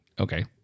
okay